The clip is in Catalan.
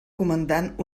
comandant